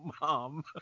Mom